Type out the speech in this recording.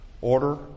Order